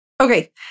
Okay